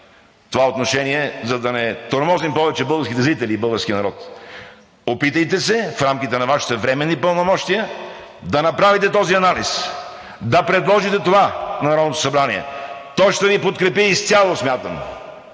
това отношение, за да не тормозим повече българските зрители и българския народ. Опитайте се в рамките на Вашите временни пълномощия да направите този анализ, да предложите това на Народното събрание – то ще Ви подкрепи изцяло, смятам.